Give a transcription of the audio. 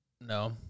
no